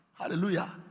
Hallelujah